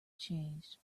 changed